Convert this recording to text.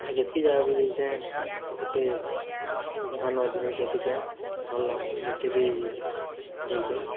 ଆଉ ଯେତିକି ଜାଗା ବି ଯାଇଛେ ବହୁଟେ ନୂଆ ନୂଆ ଜିନିଷ୍ ଦେଖିଛେ ଭଲ୍ ଲା ଯେତେବି ଦେଇଛେ